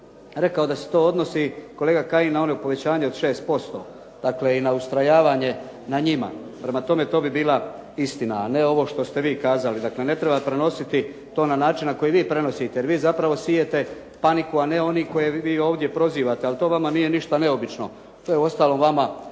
rekao da se to odnosi kolega Kajin na ono povećanje od 6%, dakle i na ustrajavanje na njima. Prema tome, to bi bila istina, a ne ovo što ste vi kazali. Dakle, ne treba prenositi to na način na koji vi prenosite, jer vi zapravo sijete paniku, a ne oni koje vi ovdje prozivate. Ali to vama nije ništa neobično. To je uostalom vama